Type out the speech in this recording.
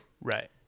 Right